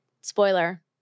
spoiler